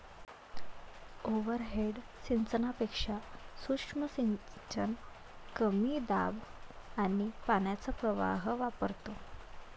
overhead सिंचनापेक्षा सूक्ष्म सिंचन कमी दाब आणि पाण्याचा प्रवाह वापरतो